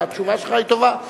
והתשובה שלך היא טובה,